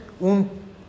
un